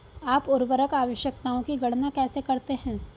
आप उर्वरक आवश्यकताओं की गणना कैसे करते हैं?